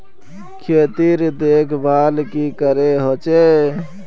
खेतीर देखभल की करे होचे?